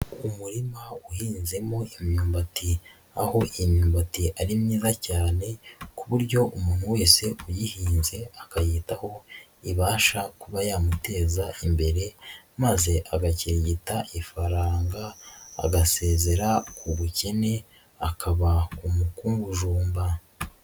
Umurima uhinzemo imyumbati, aho imyumbati ari myiza cyane ku buryo umuntu wese uyihinze, akayitaho, ibasha kuba yamuteza imbere maze agakirigita ifaranga, agasezera ku bukene, akaba umukungujumba.